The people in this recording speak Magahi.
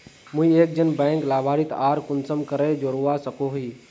मुई एक जन बैंक लाभारती आर कुंसम करे जोड़वा सकोहो ही?